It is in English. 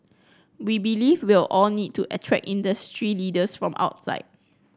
we believe we'll all need to attract industry leaders from outside